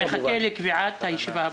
נחכה לקביעת הישיבה הבאה.